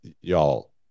y'all